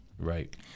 Right